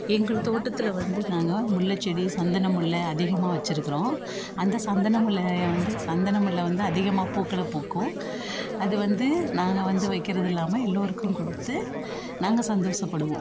எங்கள் தோட்டத்தில் வந்து நாங்கள் முல்லை செடி சந்தனமுல்லை அதிகமாக வச்சிருக்கிறோம் அந்த சந்தனமுல்லையே வந்து சந்தனமுல்லை வந்து அதிகமாக பூக்களை பூக்கும் அது வந்து நாங்கள் வந்து வைக்கிறது இல்லாமல் எல்லோருக்கும் கொடுத்து நாங்கள் சந்தோஷப்படுவோம்